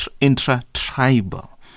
intra-tribal